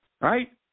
Right